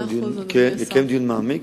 לקיים דיון מעמיק.